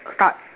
start